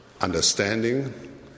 understanding